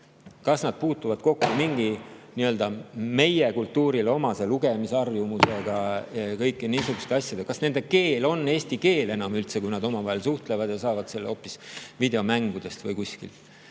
kas nad puutuvad kokku mingi nii-öelda meie kultuurile omase lugemisharjumusega, kõigi niisuguste asjadega, kas nende keel on enam üldse eesti keel, kui nad omavahel suhtlevad ja saavad selle hoopis videomängudest või kuskilt